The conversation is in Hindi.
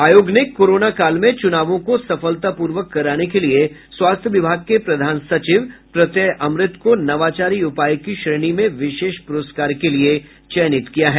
आयोग ने कोरोना काल में चुनावों को सफलतापूर्वक कराने के लिए स्वास्थ्य विभाग के प्रधान सचिव प्रत्यय अमृत को नवाचारी उपाय की श्रेणी में विशेष पुरस्कार के लिए चयनित किया है